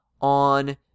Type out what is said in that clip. on